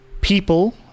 People